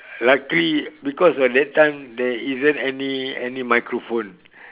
luckily because at that time there isn't any any microphone